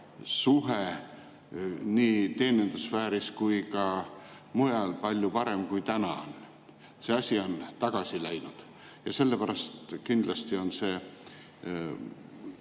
nii teenindussfääris kui ka mujal palju parem kui täna. See asi on tagasi läinud ja sellepärast kindlasti on